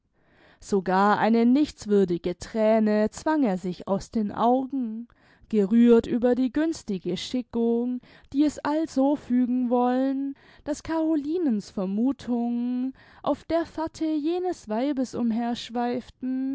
sogar eine nichtswürdige thräne zwang er sich aus den augen gerührt über die günstige schickung die es also fügen wollen daß carolinens vermuthungen auf der fährte jenes weibes